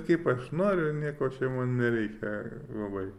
kaip aš noriu nieko man nereikia labai